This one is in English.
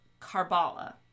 Karbala